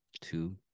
two